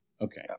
Okay